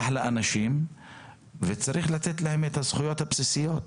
אחלה אנשים וצריך לתת להם את הזכויות הבסיסיות.